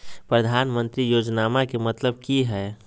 प्रधानमंत्री योजनामा के मतलब कि हय?